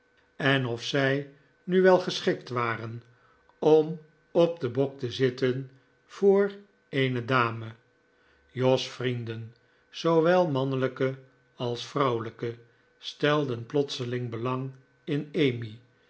en of zij nu wel geschikt waren om op den bok te zitten voor een dame jos vrienden zoowel mannelijke als vrouwelijke stelden plotseling belang in emmy